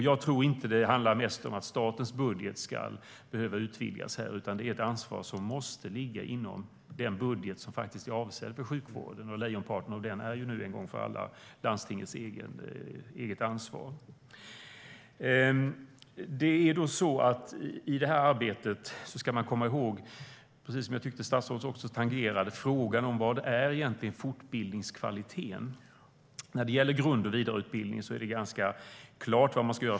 Jag tror inte att det handlar om att statens budget behöver utvidgas här, utan det är ett ansvar som måste ligga inom den budget som faktiskt är avsedd för sjukvården. Lejonparten av den är nu en gång för alla landstingets eget ansvar. I det här arbetet ska man komma ihåg, precis som jag tyckte att statsrådet tangerade, frågan om vad som egentligen är fortbildningskvalitet. När det gäller grund och vidareutbildning är det ganska klart vad man ska göra.